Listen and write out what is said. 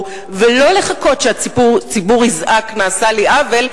ולא לחכות שהציבור יזעק: נעשה לי עוול,